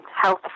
health